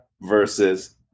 versus